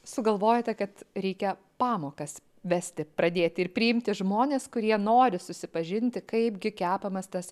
sugalvojote kad reikia pamokas vesti pradėti ir priimti žmones kurie nori susipažinti kaipgi kepamas tas